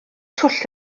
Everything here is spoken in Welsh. twll